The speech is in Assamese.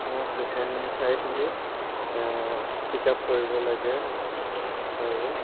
মোক মিচন চাৰিআলিত পিক আপ কৰিব লাগে আৰু